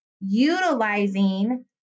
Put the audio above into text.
utilizing